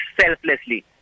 selflessly